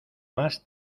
más